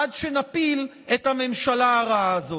עד שנפיל את הממשלה הרעה הזאת.